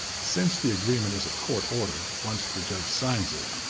since the agreement is a court order, once the judge signs it,